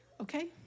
Okay